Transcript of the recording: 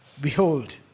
behold